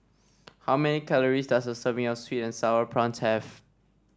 how many calories does a serving of sweet and sour prawns have